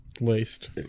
laced